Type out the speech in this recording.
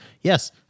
Yes